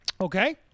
Okay